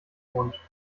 mund